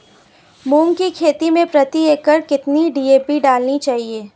मूंग की खेती में प्रति एकड़ कितनी डी.ए.पी डालनी चाहिए?